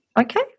Okay